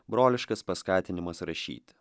broliškas paskatinimas rašyti